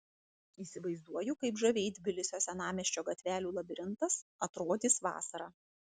įsivaizduoju kaip žaviai tbilisio senamiesčio gatvelių labirintas atrodys vasarą